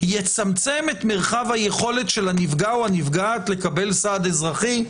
יצמצם את מרחב היכולת של הנפגע או הנפגעת לקבל סעד אזרחי,